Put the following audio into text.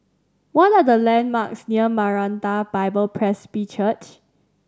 what are the landmarks near Maranatha Bible Presby Church